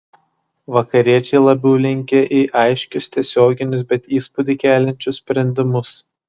vakariečiai labiau linkę į aiškius tiesioginius bet įspūdį keliančius sprendimus